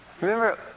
remember